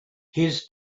his